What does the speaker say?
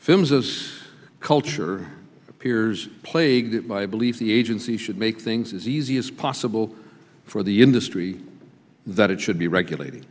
films as culture appears plagued by believe the agency should make things as easy as possible for the industry that it should be regulated